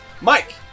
Mike